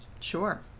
Sure